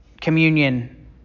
communion